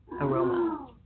aroma